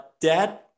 Dad